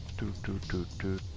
two two two